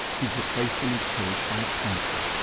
he's replaced in his cage by a panther,